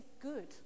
good